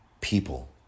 people